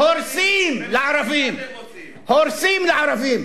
הורסים לערבים.